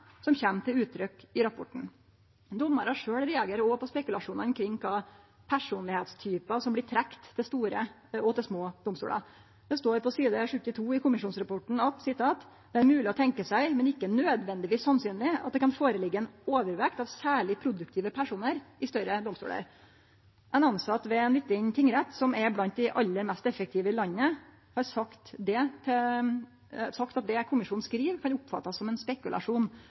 som kjem til uttrykk i rapporten. Dommarar reagerer òg sjølve på spekulasjonar kring kva personlegdomstypar som blir trekte mot store og til små domstolar. Det står på side 72 i kommisjonsrapporten at «det er mulig å tenke seg, men ikke nødvendigvis sannsynlig, at det kan foreligge en overvekt av særlig produktive personer i større domstoler». Ein tilsett ved ein liten tingrett som er blant dei aller mest effektive tingrettane i landet, har sagt at det kommisjonen skriv, kan oppfattast som ein spekulasjon,